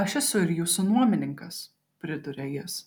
aš esu ir jūsų nuomininkas priduria jis